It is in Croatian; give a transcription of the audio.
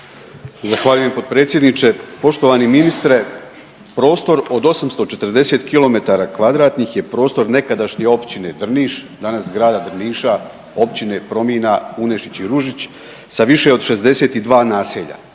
Zahvaljujem potpredsjedniče. Poštovani ministre prostor od 840 kilometara kvadratnih je prostor nekadašnje općine Drniš, danas grada Drniša, općine Promina, Unešić i Ružić sa više od 62 naselja.